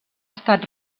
estat